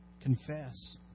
confess